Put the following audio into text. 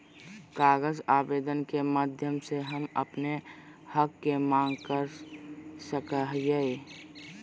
कागज आवेदन के माध्यम से हम अपन हक के मांग कर सकय हियय